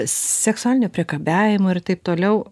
seksualinio priekabiavimo ir taip toliau